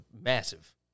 massive